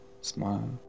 smile